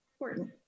important